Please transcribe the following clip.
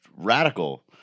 Radical